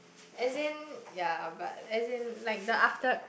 as in ya but as in like the after